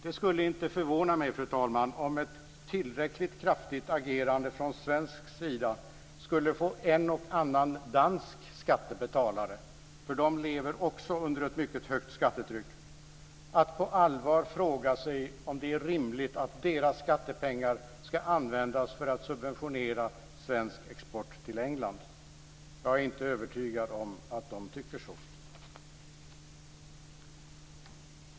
Det skulle inte förvåna mig, fru talman, om ett tillräckligt kraftigt agerande från svensk sida skulle få en och annan dansk skattebetalare - för de lever också under ett mycket högt skattetryck - att på allvar fråga sig om det är rimligt att deras skattepengar ska användas för att subventionera svensk export till England. Jag är inte övertygad om att de tycker det.